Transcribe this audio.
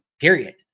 period